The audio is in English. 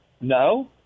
No